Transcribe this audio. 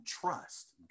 trust